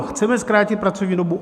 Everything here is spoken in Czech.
Chceme zkrátit pracovní dobu?